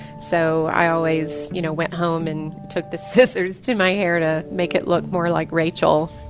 so i always, you know, went home and took the scissors to my hair to make it look more like rachel